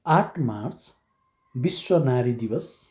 आठ मार्च विश्व नारी दिवस